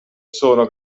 sono